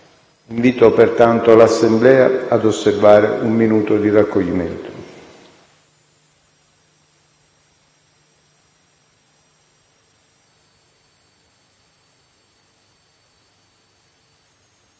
Invito pertanto l'Assemblea ad osservare un minuto di raccoglimento.